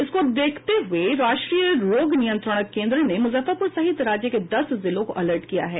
इसकों देखते हुए राष्ट्रीय रोग नियंत्रण केन्द्र न मुजफ्फरपुर सहित राज्य के दस जिलों को अलर्ट कर दिया है